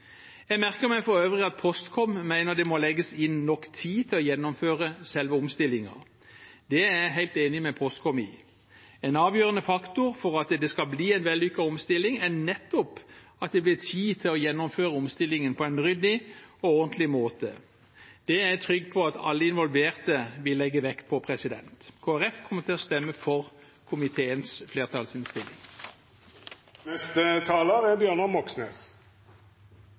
Jeg merker meg for øvrig at Postkom mener det må legges inn nok tid til å gjennomføre selve omstillingen. Det er jeg helt enig med Postkom i. En avgjørende faktor for at det skal bli en vellykket omstilling, er nettopp at det blir tid til å gjennomføre omstillingen på en ryddig og ordentlig måte. Det er jeg trygg på at alle involverte vil legge vekt på. Kristelig Folkeparti kommer til å stemme for komiteens